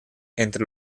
entre